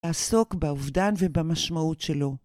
‫לעסוק באובדן ובמשמעות שלו.